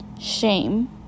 shame